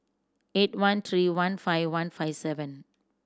eight one three one five one five seven